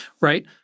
right